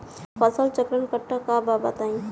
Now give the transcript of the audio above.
फसल चक्रण कट्ठा बा बताई?